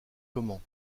comment